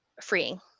freeing